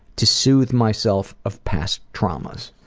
to soothe myself of past traumas.